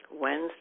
Wednesday